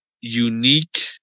unique